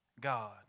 God